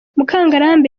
mukangarambe